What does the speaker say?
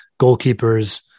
goalkeepers